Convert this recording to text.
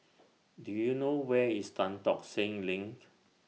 Do YOU know Where IS Tan Tock Seng LINK